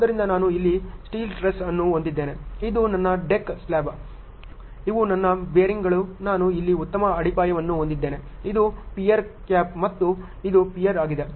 ಆದ್ದರಿಂದ ನಾನು ಇಲ್ಲಿ ಸ್ಟೀಲ್ ಟ್ರಸ್ ಅನ್ನು ಹೊಂದಿದ್ದೇನೆ ಇದು ನನ್ನ ಡೆಕ್ ಸ್ಲ್ಯಾಬ್ ಇವು ನನ್ನ ಬೇರಿಂಗ್ಗಳು ನಾನು ಇಲ್ಲಿ ಉತ್ತಮ ಅಡಿಪಾಯವನ್ನು ಹೊಂದಿದ್ದೇನೆ ಇದು ಪಿಯರ್ ಕ್ಯಾಪ್ ಮತ್ತು ಇದು ಪಿಯರ್ ಆಗಿದೆ